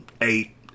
eight